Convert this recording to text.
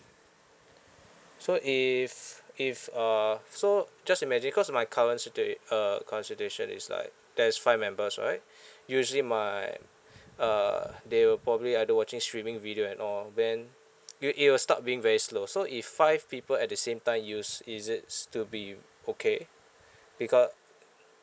so if if uh so just imagine cause my current situat~ uh current situation is like there's five members right usually my uh they will probably either watching streaming video and all then you it will start being very slow so if five people at the same time use is it still be okay becau~